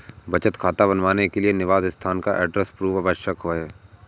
बचत खाता बनवाने के लिए निवास स्थान का एड्रेस प्रूफ आवश्यक है